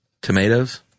tomatoes